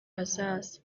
hazaza